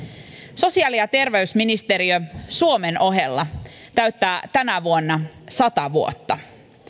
sosiaali ja terveysministeriö suomen ohella täyttää tänä vuonna sata vuotta